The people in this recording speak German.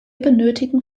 benötigen